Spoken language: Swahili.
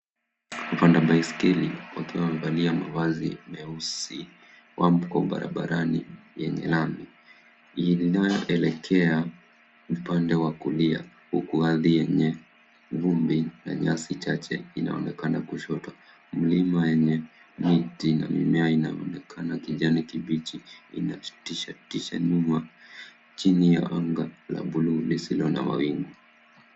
Wpanda baiskeli akiwa wamevalia mavazi meusi yuko barabarani yenye lami inayoelekea upande wa kulia huku ardhi yenye vumbi na nyasi chache inaonekana kushoto. Milima yenye miti na mimea inaonekana kijani kibichi inatisha tisha mvua chini ya anga la buluu lisilo na mawingu.